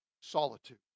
solitude